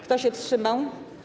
Kto się wstrzymał?